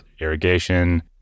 irrigation